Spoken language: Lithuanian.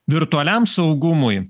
virtualiam saugumui